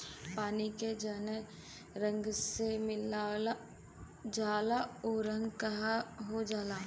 पानी के जौने रंग में मिलावल जाला उ रंग क हो जाला